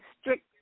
strict